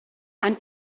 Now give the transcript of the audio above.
and